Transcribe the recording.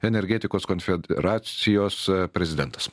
energetikos konfederacijos prezidentas